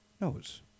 knows